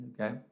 Okay